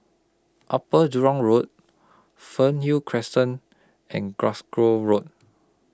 Upper Jurong Road Fernhill Crescent and Glasgow Road